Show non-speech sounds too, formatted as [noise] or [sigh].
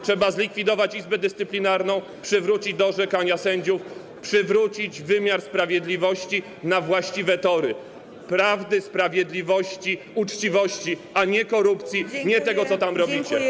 Trzeba zlikwidować Izbę Dyscyplinarną, przywrócić do orzekania sędziów, przywrócić wymiar sprawiedliwości na właściwe tory: prawdy, sprawiedliwości, uczciwości, [noise] a nie korupcji, nie tego, co tam robicie.